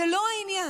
זה לא העניין.